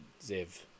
zev